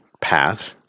path